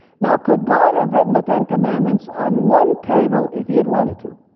now could god have written the ten commandments on one table if he had wanted to?